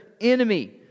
enemy